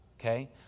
okay